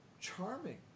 charming